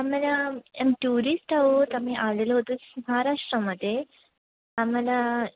आम्हाला आम टुरिस्ट आहोत आम्ही आलेलो होतोच महाराष्ट्रामध्ये आम्हाला